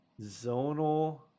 Zonal